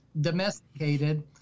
domesticated